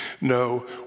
No